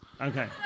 Okay